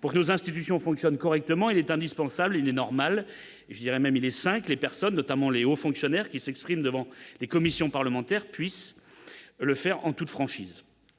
pour nos institutions fonctionnent correctement, il est indispensable et normal et je dirais même il est 5 les personnes notamment Les Hauts fonctionnaires qui s'exprime devant les commissions parlementaires puissent le faire en toute franchise